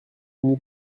mille